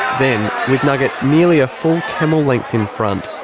then, with nugget nearly a full camel length in front,